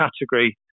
category